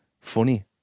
funny